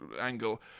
angle